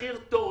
מחיר טורף,